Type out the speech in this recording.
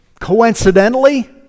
coincidentally